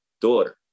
daughter